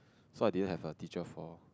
so I didn't have a teacher for